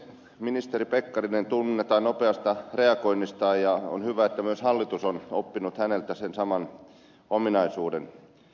ministeri pekkarinen tunnetaan nopeasta reagoinnistaan ja on hyvä että myös hallitus on oppinut häneltä sen saman ominaisuuden